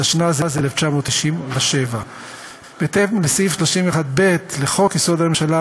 התשנ"ז 1997. בהתאם לסעיף 31(ב) לחוק-יסוד: הממשלה,